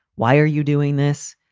why are you doing this?